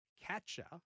catcher